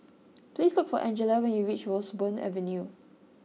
please look for Angela when you reach Roseburn Avenue